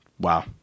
wow